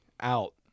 out